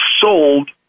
sold